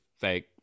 fake